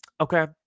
okay